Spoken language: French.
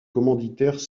commanditaires